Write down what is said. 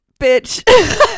Bitch